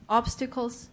obstacles